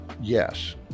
yes